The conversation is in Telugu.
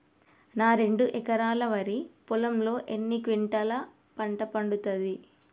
నా రెండు ఎకరాల వరి పొలంలో ఎన్ని క్వింటాలా పంట పండుతది?